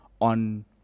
on